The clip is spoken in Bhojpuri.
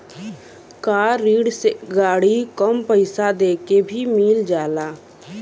कार ऋण से गाड़ी कम पइसा देके भी मिल जाला